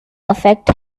affect